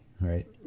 right